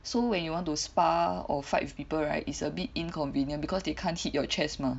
so when you want to spar or fight with people right is a bit inconvenient because they can't hit your chest mah